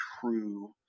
true